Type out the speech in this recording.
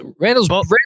Randall's